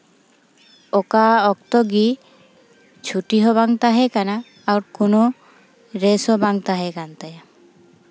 ᱚᱠᱟ ᱚᱠᱛᱚ ᱜᱮ ᱪᱷᱩᱴᱤ ᱦᱚᱸ ᱵᱟᱝ ᱛᱟᱦᱮᱱ ᱠᱟᱱᱟ ᱟᱨ ᱠᱳᱱᱳ ᱨᱮᱥ ᱦᱚᱸ ᱵᱟᱝ ᱛᱟᱦᱮᱸ ᱠᱟᱱ ᱛᱟᱭᱟ